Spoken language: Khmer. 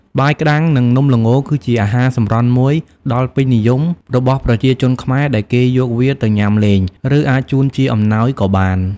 បាយក្ដាំង និងនំល្ងគឺជាអាហារសម្រន់មួយដល់ពេញនិយមរបស់ប្រជាជនខ្មែរ ដែលគេយកវាទៅញ៉ាំលេង ឬអាចជូនជាអំណោយក៏បាន។